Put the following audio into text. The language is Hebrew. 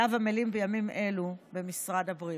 שעליו עמלים בימים אלו במשרד הבריאות.